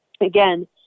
again